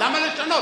אז למה לשנות?